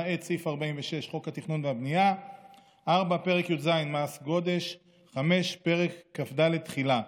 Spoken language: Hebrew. למעט סעיף 46 (חוק התכנון והבנייה); 4. פרק י"ז (מס גודש); 5. פרק כ"ד (תחילה).